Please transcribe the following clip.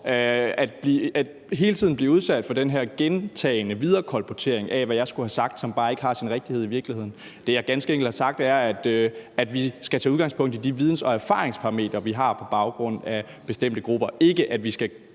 ord hele tiden at blive udsat for den her gentagne viderekolportering af, hvad jeg skulle have sagt, som bare ikke har sin rigtighed i virkeligheden. Det, jeg ganske enkelt har sagt, er, at vi skal tage udgangspunkt i de videns- og erfaringsparametre, vi har, på baggrund af bestemte grupper; det er ikke,